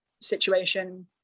situation